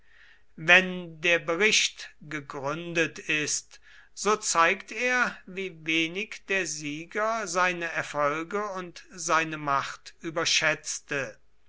wenn der bericht gegründet ist so zeigt er wie wenig der sieger seine erfolge und seine macht überschätzte